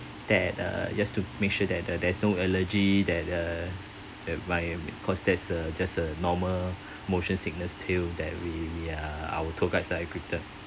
that uh just to make sure that that there's no allergy that uh my cause there's a just a normal motion sickness pill that we we are our tour guides are equipped